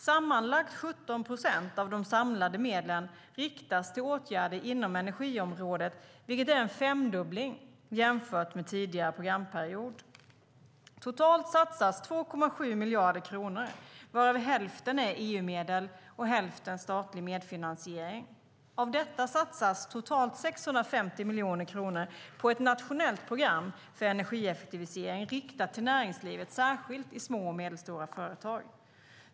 Sammanlagt 17 procent av de samlade medlen riktas till åtgärder inom energiområdet, vilket är en femdubbling jämfört med tidigare programperiod. Totalt satsas 2,7 miljarder kronor, varav hälften är EU-medel och hälften är statlig medfinansiering. Av detta satsas totalt 650 miljoner kronor på ett nationellt program för energieffektivisering riktat till näringslivet, särskilt små och medelstora företag.